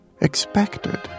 Expected